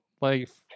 life